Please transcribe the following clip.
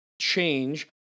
change